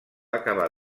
acabar